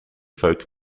folk